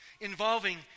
involving